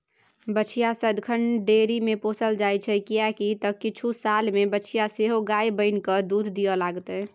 बछिया सदिखन डेयरीमे पोसल जाइत छै किएक तँ किछु सालमे बछिया सेहो गाय बनिकए दूध दिअ लागतै